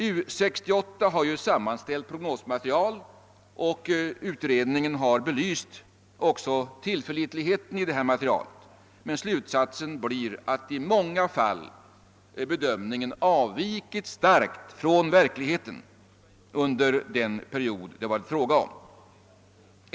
U 68 har ju sammanställt prognosmaterial, och utredningen har också belyst tillförlitligheten i detta material, men slutsatsen blir att i många fall bedömningen avvikit starkt från verkligheten under den period det varit fråga om.